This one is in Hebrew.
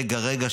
רגע-רגע,